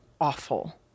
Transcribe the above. awful